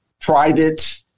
private